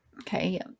Okay